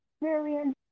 experience